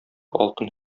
алтын